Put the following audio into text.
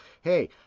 Hey